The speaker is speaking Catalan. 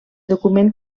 document